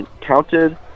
counted